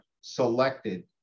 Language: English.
selected